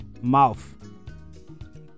mouth